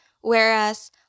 whereas